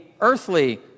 earthly